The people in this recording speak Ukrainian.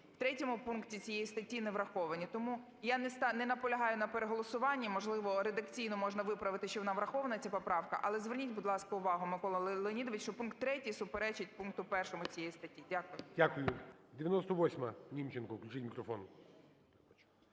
в 3 пункті цієї статті не враховані. Тому я не наполягаю на переголосуванні, можливо, редакційно можна виправити, що вона врахована, ця поправка. Але зверніть, будь ласка, увагу, Микола Леонідовичу, що пункт 3 суперечить пункту 1 цієї статті. Дякую. ГОЛОВУЮЧИЙ. Дякую. 98-а, Німченко. Включіть мікрофон.